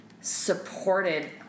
supported